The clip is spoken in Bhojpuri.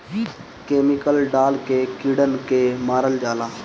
केमिकल डाल के कीड़न के मारल जाला